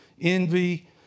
envy